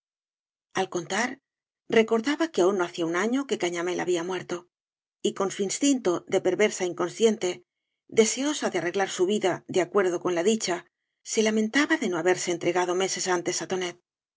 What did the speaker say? al contar recordaba que aún no hacía un año que cañamél había muerto y con su instinto de perversa inconsciente deseosa de arreglar su vida de acuerdo con la dicha se lamentaba de no haberse entregado meses antes á tonet